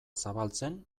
zabaltzen